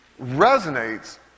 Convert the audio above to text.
resonates